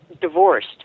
divorced